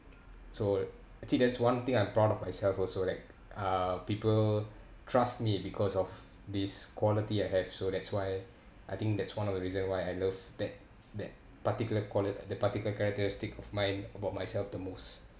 so actually there's one thing I'm proud of myself also like uh people trust me because of this quality I have so that's why I think that's one of the reason why I love that that particular quali~ the particular characteristic of mine about myself the most